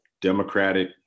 democratic